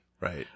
Right